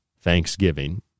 Thanksgiving